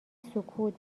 سکوت